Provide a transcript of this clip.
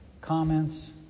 Comments